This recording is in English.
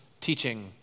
teaching